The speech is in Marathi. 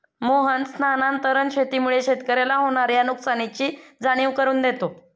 मोहन स्थानांतरण शेतीमुळे शेतकऱ्याला होणार्या नुकसानीची जाणीव करून देतो